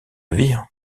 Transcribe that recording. vire